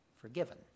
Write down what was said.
forgiven